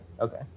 Okay